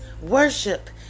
worship